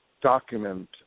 document